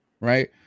Right